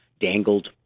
dangled